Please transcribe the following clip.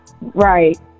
Right